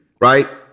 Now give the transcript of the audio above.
right